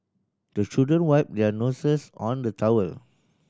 the children wipe their noses on the towel